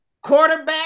quarterback